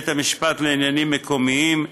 בית משפט לעניינים מקומיים,